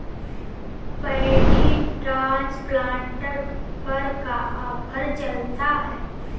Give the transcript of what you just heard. Paddy transplanter पर का offer चलता?